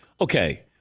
Okay